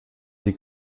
des